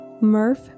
Murph